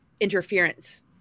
interference